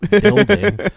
building